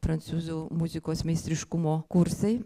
prancūzų muzikos meistriškumo kursai